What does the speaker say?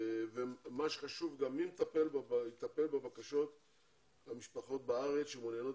חשוב גם לדעת מי יטפל בבקשות של המשפחות בארץ שמעוניינות